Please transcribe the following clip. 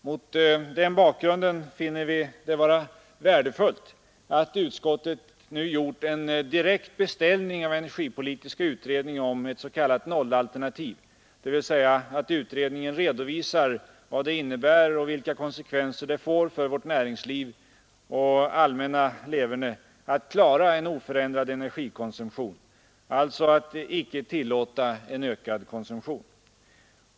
Mot den bakgrunden finner vi det värdefullt att utskottet nu av energipolitiska utredningen gjort en direkt beställning av ett s.k. O-alternativ. Utredningen skall således redovisa vad ett sådant alternativ innebär. Vilka konsekvenser en oförändrad energikonsumtion får för vårt näringsliv och allmänna leverne.